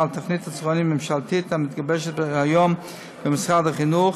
לתוכנית הצהרונים הממשלתית המתגבשת היום במשרד החינוך,